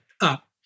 up